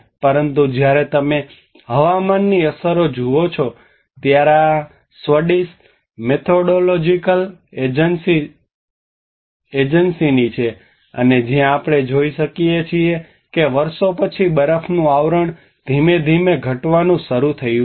પરંતુ જ્યારે તમે હવામાનની અસરો જુઓ છો ત્યારે આ સ્વીડિશ મેથોડોલોજિકલ એજન્સીની છે અને જ્યાં આપણે જોઈ શકીએ છીએ કે વર્ષો પછી બરફનું આવરણ ધીમે ધીમે ઘટવાનું શરૂ થયું છે